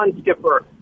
Skipper